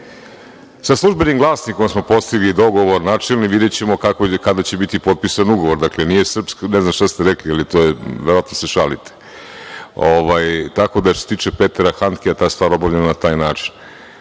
„Službenim glasnikom“ smo postigli dogovor načelni, videćemo kako i kada će biti potpisan ugovor. Dakle, nije srpski, ne znam šta ste rekli, ili to je, verovatno se šalite. Tako da što se tiče Petera Handkea, ta stvar je obavljena na taj način. Što